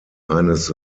eines